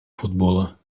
футбола